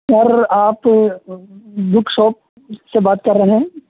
سر آپ book shop سے بات کر رہے ہیں